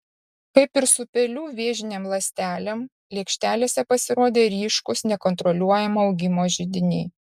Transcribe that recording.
kaip ir su pelių vėžinėm ląstelėm lėkštelėse pasirodė ryškūs nekontroliuojamo augimo židiniai